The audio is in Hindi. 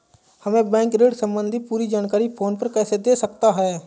हमें बैंक ऋण संबंधी पूरी जानकारी फोन पर कैसे दे सकता है?